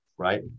Right